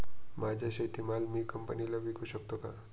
माझा शेतीमाल मी कंपनीला विकू शकतो का?